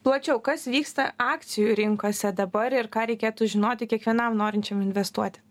plačiau kas vyksta akcijų rinkose dabar ir ką reikėtų žinoti kiekvienam norinčiam investuoti